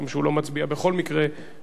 משום שהוא לא מצביע בכל מקרה.